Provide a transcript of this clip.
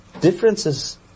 differences